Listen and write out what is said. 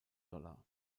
dollar